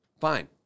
Fine